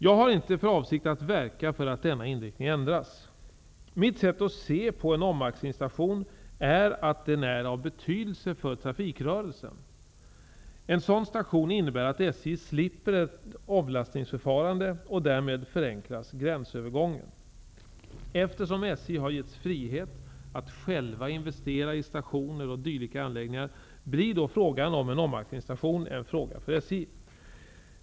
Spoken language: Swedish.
Jag har inte för avsikt att verka för att denna inriktning ändras. Mitt sätt att se på en omaxlingsstation är att den är av betydelse för trafikrörelsen. En sådan station innebär att SJ slipper ett omlastningsförfarande, och därmed förenklas gränsövergången. Eftersom SJ har givits frihet att själva investera i stationer och dylika anläggningar, blir då frågan om en omaxlingsstation en fråga för SJ.